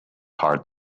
heart